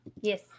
Yes